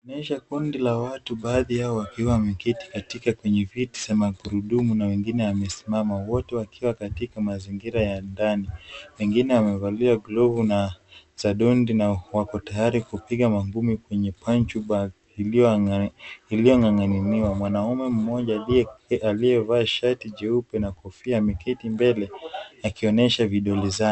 Inaonyesha kundi la watu baadhi yao wakiwa wameketi kwenye viti za magurudumu na wengine wamesimama, wote wakiwa katika mazingira ya ndani. Wengine wamevalia glavu za dondi na waako tayari kupiga mangumi kwenye punch bag iliyong'ang'aniwa. Mwanaume mmoja aliyevaa shati jeupe na kofia ameketi mbele ekionyesha vidole.